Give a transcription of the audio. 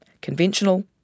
Conventional